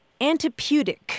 Antiputic